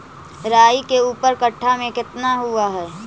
राई के ऊपर कट्ठा में कितना हुआ है?